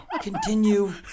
Continue